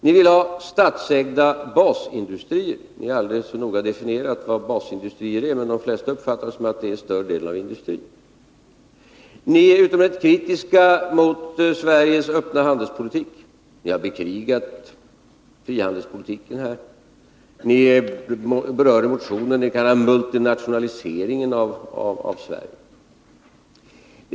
Ni vill ha statsägda basindustrier — ni har aldrig så noga definierat vad basindustrier är, men de flesta uppfattar det som att det är större delen av industrin. Ni är utomordentligt kritiska mot Sveriges öppna handelspolitik. Ni har bekrigat frihandelspolitiken. Ni har i motionen berört det ni kallar multinationaliseringen av Sverige.